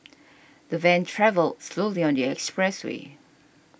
the van travelled slowly on the expressway